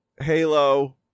Halo